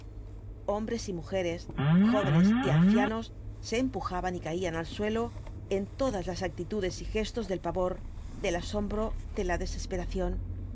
hombres y mujeres jóvenes y ancianos se empujaban y caían al suelo en todas las actitudes y gestos del pavor del asombro de la desesperación